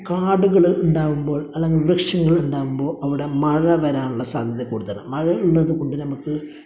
കാടുകൾ ഉണ്ടാവുമ്പോൾ അല്ലെങ്കില് വൃക്ഷങ്ങള് ഉണ്ടാവുമ്പോൾ അവിടെ മഴ വരാനുള്ള സാധ്യത കൂടുതലാണ് മഴയുള്ളത് കൊണ്ട് നമുക്ക്